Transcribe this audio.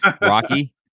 Rocky